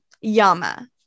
Yama